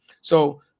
So-